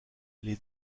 les